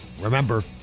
Remember